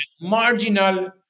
marginal